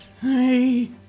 Hey